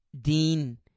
Dean